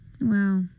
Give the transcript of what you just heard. Wow